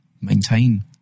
maintain